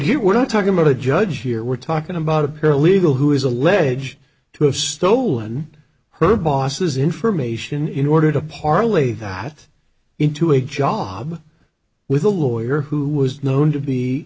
here we're not talking about a judge here we're talking about a paralegal who is alleged to have stolen her boss's information in order to parlay that into a job with a lawyer who was known to be